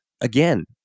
again